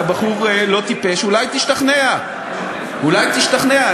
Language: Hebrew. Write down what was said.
אתה בחור לא טיפש, אולי תשתכנע.